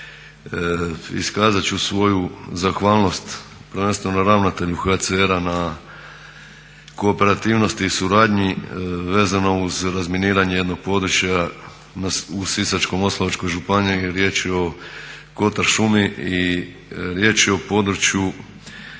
Iskazat ću svoju zahvalnost prvenstveno ravnatelju HCR-a na kooperativnosti i suradnji vezano uz razminiranje jednog područja u Sisačko-moslavačkoj županiji. Riječ je o kotar šumi i riječ je o području koje se